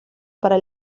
para